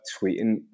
tweeting